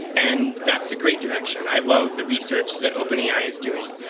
and that's a great direction. i love the research that openai is doing.